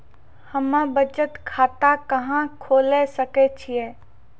हम्मे बचत खाता कहां खोले सकै छियै?